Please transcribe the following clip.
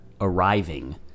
arriving-